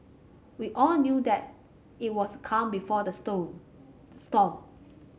we all knew that it was calm before the storm